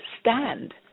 stand